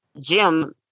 Jim